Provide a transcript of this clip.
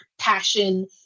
passion